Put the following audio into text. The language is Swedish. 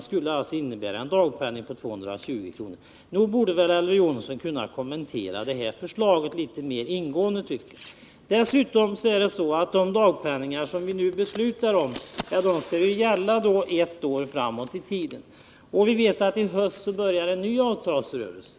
skulle innebära en daglöning på 220 kr. Nog borde väl Elver Jonsson kunna kommentera det förslaget litet mera ingående! Dessutom är det så att de dagpenningar vi nu beslutar om skall gälla ett år framåt i tiden. I höst börjar en ny avtalsrörelse.